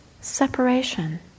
Separation